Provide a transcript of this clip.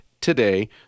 today